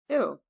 Ew